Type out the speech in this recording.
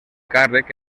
càrrec